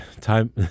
time